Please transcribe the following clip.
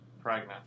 Pregnant